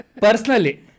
Personally